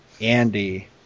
Andy